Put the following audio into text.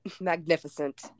Magnificent